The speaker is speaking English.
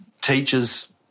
teachers